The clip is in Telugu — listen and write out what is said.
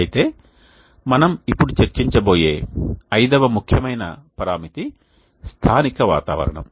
అయితే మనం ఇప్పుడు చర్చించబోయే ఐదవ ముఖ్యమైన పరామితి స్థానిక వాతావరణం